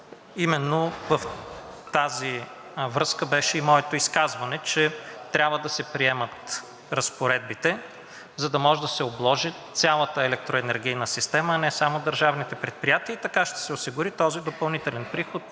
Именно в тази връзка беше и моето изказване, че трябва да се приемат разпоредбите, за да може да се обложи цялата електроенергийна система, а не само държавните предприятия – така ще се осигури допълнителният приход,